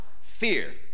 fear